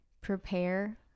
Prepare